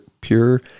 pure